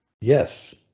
Yes